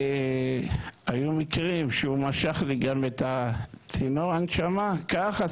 היו מקרים שהוא משך לי את צינור ההנשמה ככה